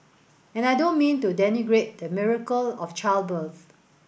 and I don't mean to denigrate the miracle of childbirth